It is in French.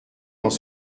dans